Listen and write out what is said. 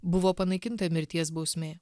buvo panaikinta mirties bausmė